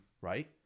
right